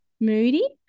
moody